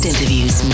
interviews